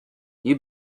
you